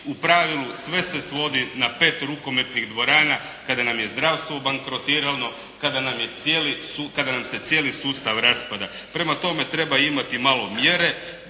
u pravilu sve se svodi na pet rukometnih dvorana kada nam je zdravstvo bankrotirano, kada nam se cijeli sustav raspada. Prema tome, treba imati malo mjere